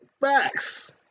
Facts